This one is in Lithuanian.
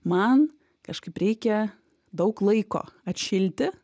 man kažkaip reikia daug laiko atšilti